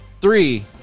Three